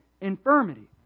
infirmity